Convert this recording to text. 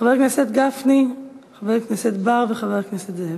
חבר הכנסת גפני, חבר הכנסת בר וחבר הכנסת זאב.